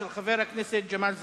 של חבר הכנסת ג'מאל זחאלקה.